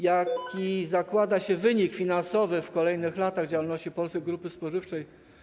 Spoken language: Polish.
Jaki zakłada się wynik finansowy w kolejnych latach działalności Polskiej Grupy Spożywczej?